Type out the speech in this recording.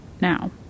Now